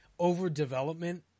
overdevelopment